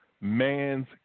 man's